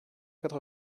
quatre